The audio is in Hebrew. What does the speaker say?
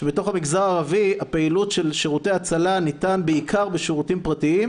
שבתוך המגזר הערבי הפעילות של שירותי הצלה ניתן בעיקר בשירותים פרטיים,